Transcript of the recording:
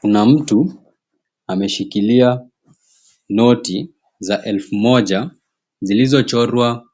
Kuna mtu ameshikilia noti za elfu moja zilizochorwa